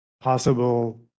possible